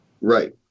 Right